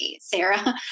Sarah